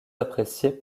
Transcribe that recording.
apprécié